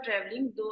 traveling